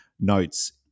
notes